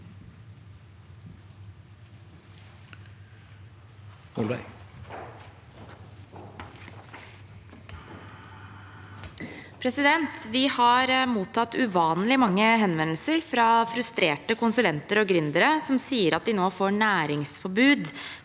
Vi har mottatt uvan- lig mange henvendelser fra frustrerte konsulenter og gründere som sier at de nå får næringsforbud